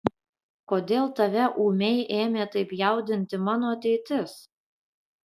kodėl tave ūmai ėmė taip jaudinti mano ateitis